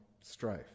strife